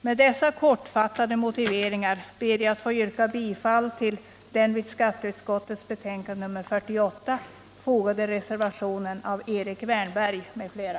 Med dessa kortfattade motiveringar ber jag att få yrka bifall till den vid skatteutskottets betänkande nr 48 fogade reservationen av Erik Wärnberg m.fl.